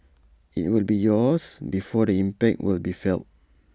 IT will be years before the impact will be felt